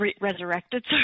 resurrected